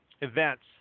events